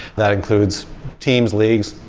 that includes teams, leagues,